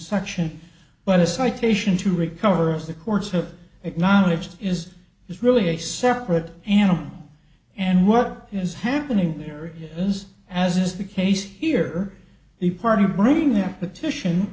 section but a citation to recover as the courts have acknowledged is is really a separate animal and what is happening here is as is the case here the party bringing their petition